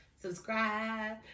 Subscribe